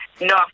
No